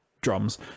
drums